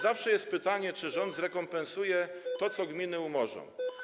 Zawsze jest pytanie, czy rząd zrekompensuje to, co gminy umorzą.